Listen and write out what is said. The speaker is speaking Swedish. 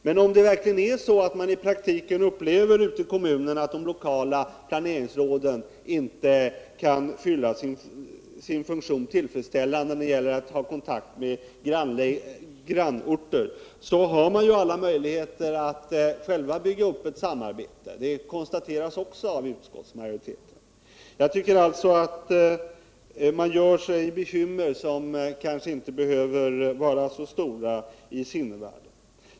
Men om man i praktiken verkligen i kommunerna upplever det så, att de lokala planeringsråden inte tillfredställande kan fylla sin funktion när det gäller att ta kontakt med grannorterna, har man ju alla möjligheter att själv bygga upp ett samarbete. Detta har också konstaterats av utskottsmajoriteten. Jag tycker alltså att man gör sig onödiga bekymmer — de kanske inte är så stora Ii sinnevärlden.